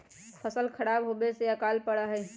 फसल खराब होवे से अकाल पडड़ा हई